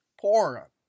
poorer